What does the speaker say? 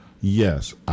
yes